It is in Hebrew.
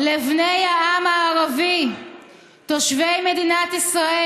לבני העם הערבי תושבי מדינת ישראל,